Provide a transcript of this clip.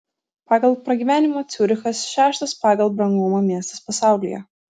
pagal pragyvenimą ciurichas šeštas pagal brangumą miestas pasaulyje